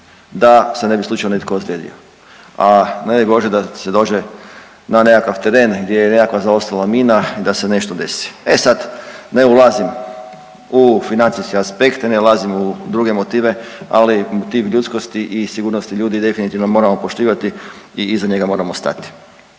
da se ne bi slučajno netko ozlijedio, a ne daj Bože da se dođe na nekakav teren gdje je nekakva zaostala mina i da se nešto desi. E sad ne ulazim u financijske aspekte, ne ulazim u druge motive, ali …/Govornik se ne razumije./… ljudskosti i sigurnosti ljudi definitivno moramo poštivati i iza njega moramo stati.